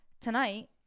tonight